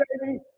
baby